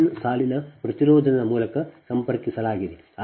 1 ಸಾಲಿನ ಪ್ರತಿರೋಧದ ಮೂಲಕ ಸಂಪರ್ಕಿಸಲಾಗಿದೆ